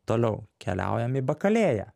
toliau keliaujam į bakalėją